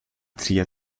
trier